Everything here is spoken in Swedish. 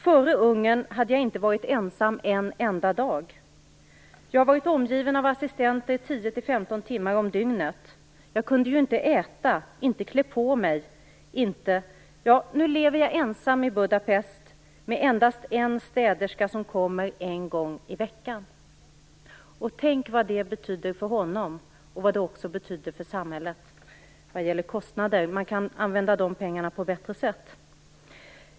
Före Ungern hade jag inte varit ensam en enda dag. Jag har varit omgiven av assistenter 10-15 timmar om dygnet. Jag kunde ju inte äta, inte klä på mig, inte... Nu lever jag ensam i Budapest med endast en städerska som kommer en gång i veckan." Tänk vad det betyder för honom och vad det också betyder för samhällets kostnader. Man kan använda de pengarna på ett bättre sätt.